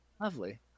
Lovely